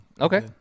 Okay